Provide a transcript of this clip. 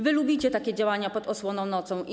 Wy lubicie takie działania pod osłoną nocy.